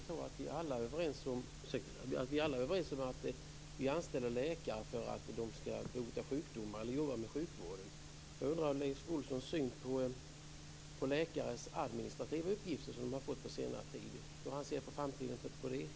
Fru talman! Vi är alla överens om att vi anställer läkare för att bota sjukdomar och arbeta inom sjukvården. Jag undrar vad Rolf Olssons syn är på läkarnas administrativa uppgifter som de har fått på senare tid. Hur ser han på framtiden i den frågan?